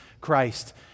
Christ